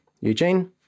Eugene